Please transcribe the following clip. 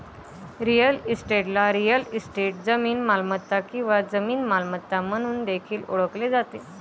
real इस्टेटला real estate, जमीन मालमत्ता किंवा जमीन मालमत्ता म्हणून देखील ओळखले जाते